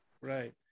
Right